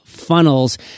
funnels